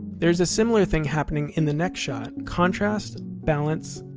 there is a similar thing happening in the next shot contrast, balance,